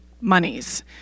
monies